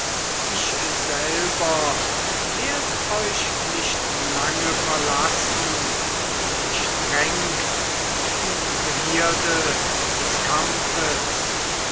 ich selber werd euch nicht lange verlassen mich drängt die begierde des kampfes